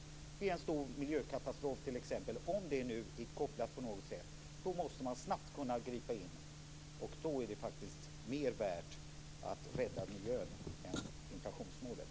Det är vid en stor miljökatastrof, om det på något sätt finns en koppling. Då måste man snabbt kunna gripa in. Då är det faktiskt mer värt att rädda miljön än att rädda inflationsmålet.